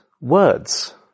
words